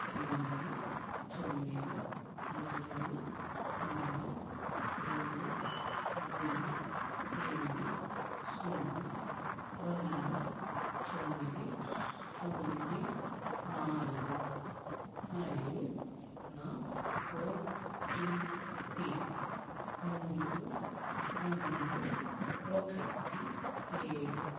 ఎనిమిది తొమ్మిది నాలుగు మూడు రెండు రెండు ఎనిమిది సున్నా రెండు తొమ్మిది తొమ్మిది నాలుగు మరియు నా ఓ టి పి మూడు రెండు ఒకటి ఏడు